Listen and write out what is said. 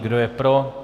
Kdo je pro?